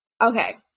Okay